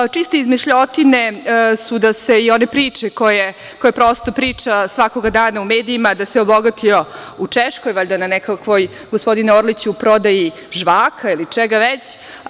Čiste izmišljotine su one priče koje priča svakoga dana u medijima, da se obogatio u Češkoj, valjda na nekakvoj, gospodine Orliću, prodaji žvaka ili čega već.